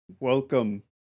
Welcome